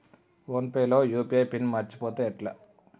Phone pay లో UPI pin మరచిపోతే ఎట్లా?